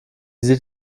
sieht